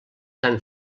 tan